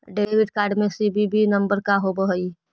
Debit card में CVV number का होव हइ?